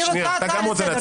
אני רוצה הצעה לסדר.